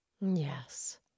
Yes